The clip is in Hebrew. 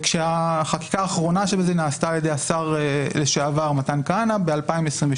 כשהחקיקה האחרונה נעשתה על ידי השר לשעבר מתן כהנא ב-2022,